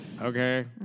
okay